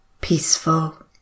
peaceful